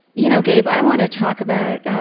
you know, gabe, i want to talk about